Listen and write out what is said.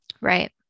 Right